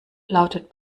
lautet